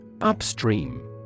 Upstream